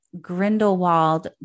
Grindelwald